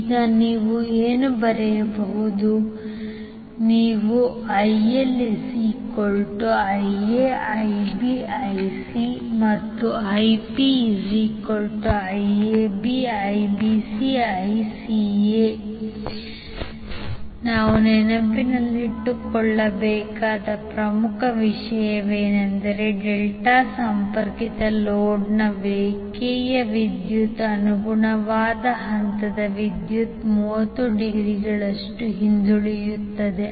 ಈಗ ನೀವು ಏನು ಬರೆಯಬಹುದು ನೀವು ಬರೆಯಬಹುದು ILIaIbIc ಮತ್ತು IpIABIBCICA ನಾವು ನೆನಪಿನಲ್ಲಿಟ್ಟುಕೊಳ್ಳಬೇಕಾದ ಪ್ರಮುಖ ವಿಷಯವೆಂದರೆ ಡೆಲ್ಟಾ ಸಂಪರ್ಕಿತ ಲೋಡ್ನ ರೇಖೆಯ ವಿದ್ಯುತ್ ಅನುಗುಣವಾದ ಹಂತದ ವಿದ್ಯುತ್ 30 ಡಿಗ್ರಿಗಳಷ್ಟು ಹಿಂದುಳಿಯುತ್ತದೆ